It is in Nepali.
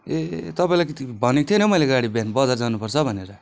ए तपाईँलाई भनेको थिएँ नौ गाडी बिहान बजार जानु पर्छ भनेर